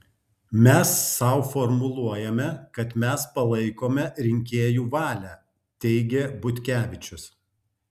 mes sau formuluojame kad mes palaikome rinkėjų valią teigė butkevičius